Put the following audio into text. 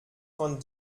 von